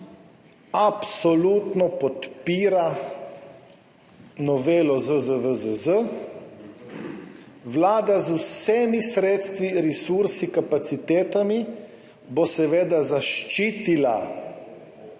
absolutno podpira novelo ZZVZZ. Vlada bo z vsemi sredstvi, resursi, kapacitetami seveda zaščitila